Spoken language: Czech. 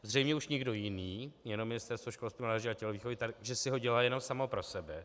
Zřejmě už nikdo jiný, jenom Ministerstvo školství, mládeže a tělovýchovy, že si ho dělá jenom samo pro sebe.